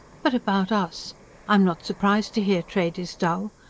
but about us i'm not surprised to hear trade is dull.